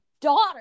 daughter